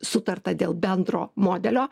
sutarta dėl bendro modelio